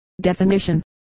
definition